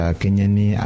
kenyani